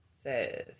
says